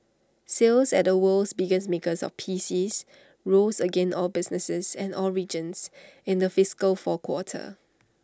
sales at the world's biggest maker of PCs rose again all businesses and all regions in the fiscal four quarter